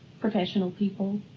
professional people,